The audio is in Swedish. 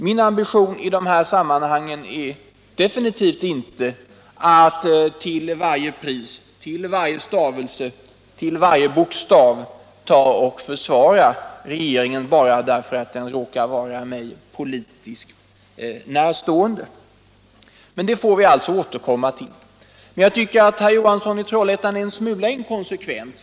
Min ambition i dessa sammanhang är definitivt inte att till varje pris, till varje stavelse och till varje bokstav försvara regeringen bara därför att den råkar vara mig politiskt närstående. Men detta får vi återkomma till. Jag tycker dock att herr Johansson i Trollhättan är en smula inkonsekvent.